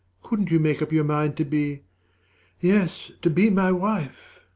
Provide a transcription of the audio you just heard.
couldn't you make up your mind to be yes to be my wife?